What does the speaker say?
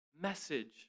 message